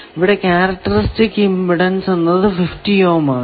ഇവിടെ characteristic impedance എന്നത് 50 ohm ആണ്